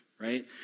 right